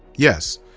yes.